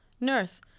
nurse